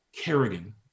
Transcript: Kerrigan